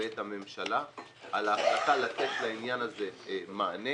ואת הממשלה על ההחלטה לתת לעניין הזה מענה